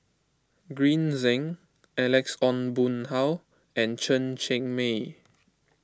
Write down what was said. Green Zeng Alex Ong Boon Hau and Chen Cheng Mei